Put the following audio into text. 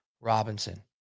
Robinson